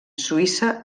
suïssa